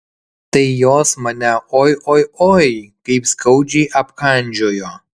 tai jos mane oi oi oi kaip skaudžiai apkandžiojo